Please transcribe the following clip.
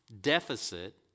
deficit